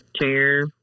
chair